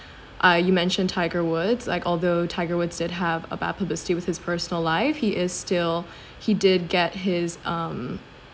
ah you mentioned tiger woods like although tiger woods did have a bad publicity with his personal life he is still he did get his um